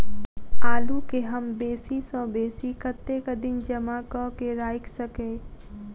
आलु केँ हम बेसी सऽ बेसी कतेक दिन जमा कऽ क राइख सकय